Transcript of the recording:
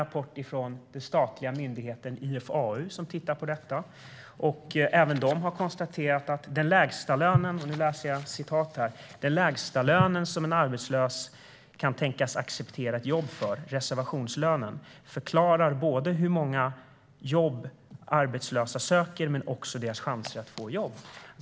Den statliga myndigheten IFAU tittar på detta i en rapport, och även de har konstaterat att "den lägsta lönen som en arbetslös kan tänka sig acceptera ett jobb för, reservationslönen, antas delvis kunna förklara både hur många jobb arbetslösa söker men också deras chanser att få jobb".